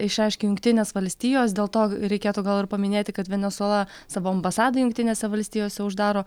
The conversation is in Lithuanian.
išreiškė jungtinės valstijos dėl to reikėtų gal ir paminėti kad venesuela savo ambasadą jungtinėse valstijose uždaro